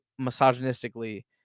misogynistically